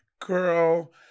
Girl